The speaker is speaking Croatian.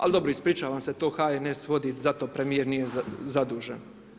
Ali dobro, ispričavam se, to HNS vodi, za to premijer nije zadužen.